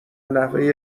نحوه